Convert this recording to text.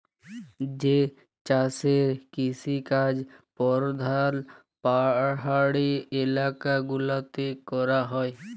যে চাষের কিসিকাজ পরধাল পাহাড়ি ইলাকা গুলাতে ক্যরা হ্যয়